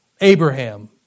Abraham